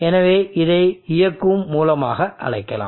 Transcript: எனவே இதை இயக்கும் மூலமாக அழைக்கலாம்